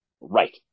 Right